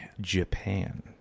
Japan